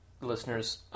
Listeners